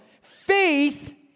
Faith